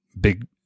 big